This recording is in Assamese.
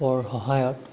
পৰ সহায়ত